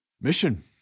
Mission